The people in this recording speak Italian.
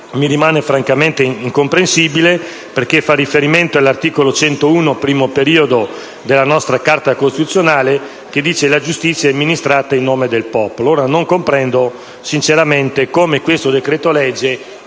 mi risulta francamente incomprensibile, perché fa riferimento all'articolo 101, primo periodo, della nostra Carta costituzionale, in cui si dice che «la giustizia è amministrata in nome del popolo». Non comprendo come questo decreto-legge